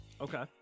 Okay